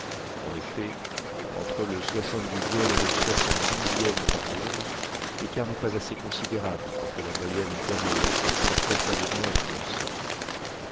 en effet entre le soixantedixième et le soixante douzième parallèle l'écart n'est pas assez considérable pour que la moyenne thermométrique en soit sérieusement influencée